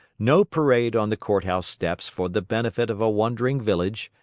no parade on the courthouse steps for the benefit of a wondering village,